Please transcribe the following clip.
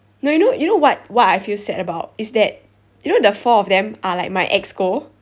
no you know you know what what I feel sad about is that you know the four of them are like my exco